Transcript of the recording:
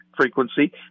frequency